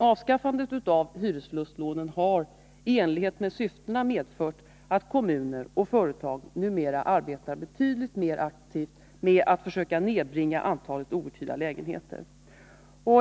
Avskaffandet av hyresförlustlånen har i enlighet med syftena medfört, att kommuner och företag numera arbetar betydligt mer aktivt med att försöka nedbringa antalet outhyrda lägenheter.